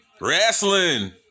wrestling